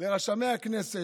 לרשמי הכנסת,